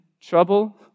trouble